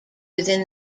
within